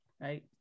right